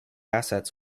assets